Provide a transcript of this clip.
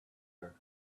her